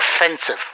offensive